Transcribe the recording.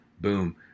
boom